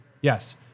Yes